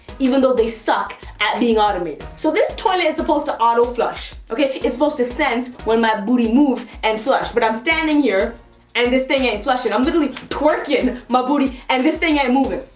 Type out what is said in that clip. even though they suck at being automated. so, this toilet is supposed to auto-flush. okay, it's supposed to sense when my booty moves and flush but i'm standing here and this thing ain't flushin'. i'm literally twerking my booty and this thing ain't movin'.